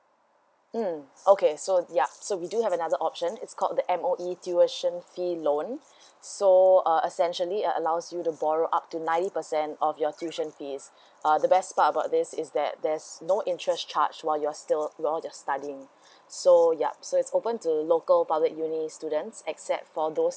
mm okay so yeah so we do have another option is called the M_O_E tuition fee loans so err essentially uh allows you to borrow up to ninety percent of your tuition fees uh the best part about this is that there's no interest charge while you're still you're studying so yup so it's open to local public uni students except for those